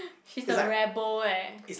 she's a rabble eh